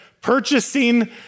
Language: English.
purchasing